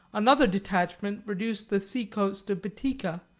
another detachment reduced the seacoast of boetica,